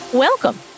Welcome